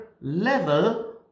level